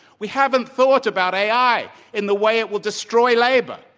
we haven't thought about ai and the way it will destroy labor,